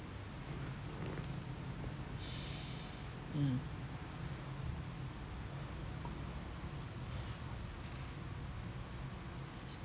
mm